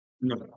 No